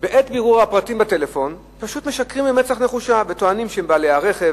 בעת בירור הפרטים בטלפון פשוט משקרים במצח נחושה וטוענים שהם בעלי הרכב.